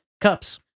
cups